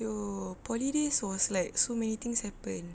your poly days was like so many things happened